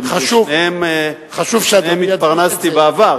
שמשניהם התפרנסתי בעבר,